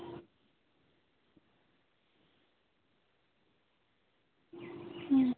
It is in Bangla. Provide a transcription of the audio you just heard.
হুম